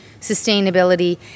sustainability